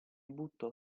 buttò